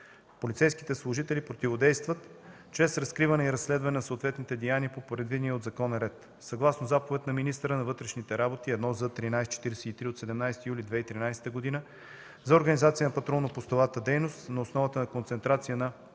Полицейските служители противодействат чрез разкриване и разследване на съответните деяния по предвидения от закона ред. Съгласно Заповед на министъра на вътрешните работи № 1з-13-43 от 17 юли 2013 г. за организация на